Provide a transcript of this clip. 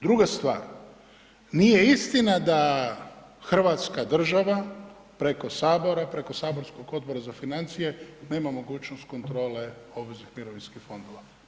Druga stvar, nije istina da hrvatska država preko Sabora, preko saborskog Odbora za financije nema mogućnost kontrole obveznih mirovinskih fondova.